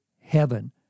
heaven